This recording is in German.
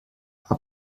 aber